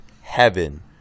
HEAVEN